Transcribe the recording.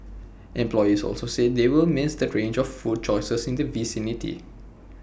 employees also said they will miss the range of food choices in the vicinity